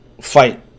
fight